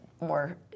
more